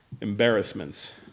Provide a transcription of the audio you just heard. embarrassments